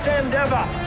endeavor